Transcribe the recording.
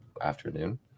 afternoon